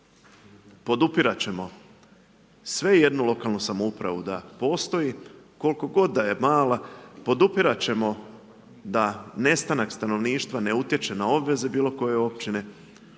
podupirati ćemo sve jednu lokalnu samoupravu, da postoji, koliko god je mala, podupirati ćemo da nestanak stanovništva ne utječe na obveze bilo koje općine,